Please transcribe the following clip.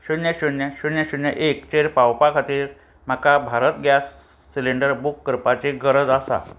शुन्य शुन्य शुन्य शुन्य एकचेर पावोवपा खातीर म्हाका भारत गॅस सिलिंडर बूक करपाची गरज आसा